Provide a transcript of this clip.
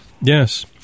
yes